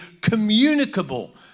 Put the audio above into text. communicable